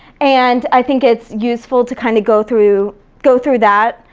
and i think it's useful to kinda go through go through that.